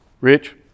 Rich